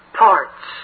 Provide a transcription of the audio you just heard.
parts